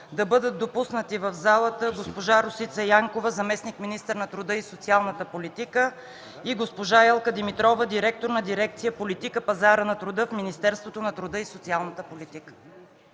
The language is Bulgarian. да бъдат допуснати в залата госпожа Росица Янкова – заместник-министър на труда и социалната политика, и госпожа Елка Димитрова – директор на дирекция „Политика на пазара на труда“ в Министерството на труда и социалната политика.